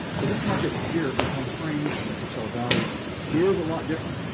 so this market here can come springs in the coachella valley is a lot different